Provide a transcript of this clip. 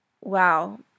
wow